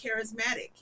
charismatic